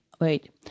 wait